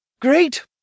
Great